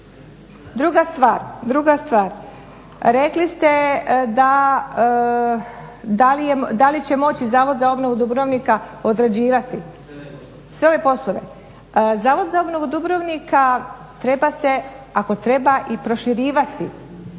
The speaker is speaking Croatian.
Druga stvar, rekli ste da li će moći Zavod za obnovu Dubrovnika odrađivati sve ove poslove. Zavod za obnovu Dubrovnika treba se ako treba i proširivati